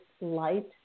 light